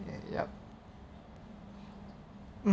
yup um